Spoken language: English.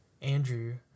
Andrew